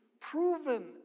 proven